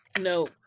no